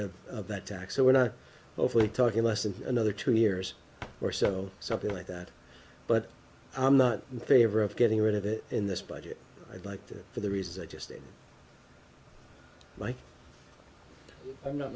rid of that tax so we're not overly talking less than another two years or so something like that but i'm not in favor of getting rid of it in this budget i'd like to for the reasons i just did mike i'm not